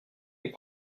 est